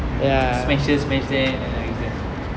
can smash here smash there then I use that